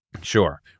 Sure